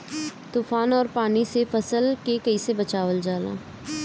तुफान और पानी से फसल के कईसे बचावल जाला?